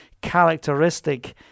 characteristic